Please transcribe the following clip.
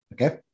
Okay